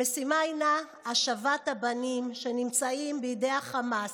המשימה הינה השבת הבנים שנמצאים בידי החמאס.